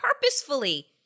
purposefully